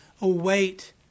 await